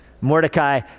Mordecai